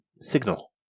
signal